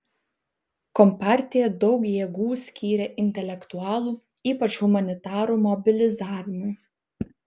kompartija daug jėgų skyrė intelektualų ypač humanitarų mobilizavimui